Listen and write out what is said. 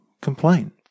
Complain